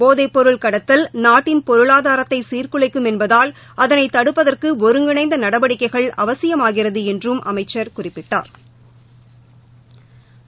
போதைப்பொருள் கடத்தல் நாட்டின் பொருளாதாரத்தை சீாகுலைக்கும் என்பதால் அதனை தடுப்பதற்கு ஒருங்கிணைந்த நடவடிக்கைகள் அவசியமாகிறது என்றும் அமைச்சள் குறிப்பிட்டாள்